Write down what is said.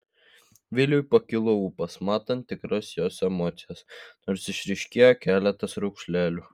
viliui pakilo ūpas matant tikras jos emocijas nors išryškėjo keletas raukšlelių